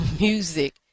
music